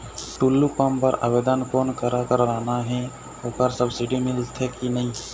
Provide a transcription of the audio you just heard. Tullu pump बर आवेदन कोन करा करना ये ओकर सब्सिडी मिलथे की नई?